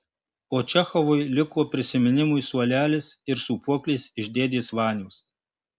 o čechovui liko prisiminimui suolelis ir sūpuoklės iš dėdės vanios